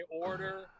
order